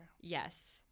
yes